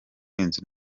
buhinzi